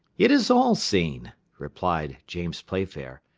it is all seen, replied james playfair.